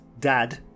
dad